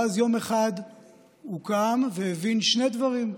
ואז יום אחד הוא קם והבין שני דברים: